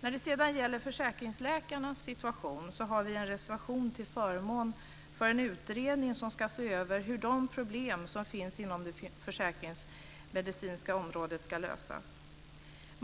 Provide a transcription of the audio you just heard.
När det sedan gäller försäkringsläkarnas situation har vi en reservation till förmån för en utredning som ska se över hur de problem som finns inom det försäkringsmedicinska området ska lösas.